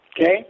okay